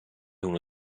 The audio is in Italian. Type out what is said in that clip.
uno